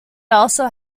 also